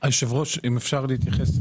אם מדברים על הדיור ואם תביא שם ערבות מדינה,